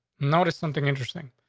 noticed something interesting.